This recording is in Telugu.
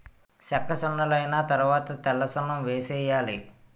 సెక్కసున్నలైన తరవాత తెల్లసున్నం వేసేయాలి